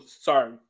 sorry